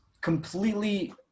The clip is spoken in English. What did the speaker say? completely